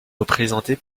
représentée